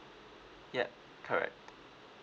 yup correct